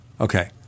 Okay